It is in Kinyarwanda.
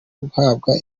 guhabwa